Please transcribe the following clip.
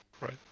right